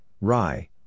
rye